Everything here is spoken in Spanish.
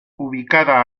ubicada